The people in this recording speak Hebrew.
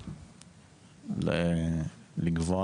ונותנים להם לגווע